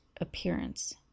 appearance